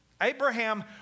Abraham